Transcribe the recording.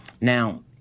Now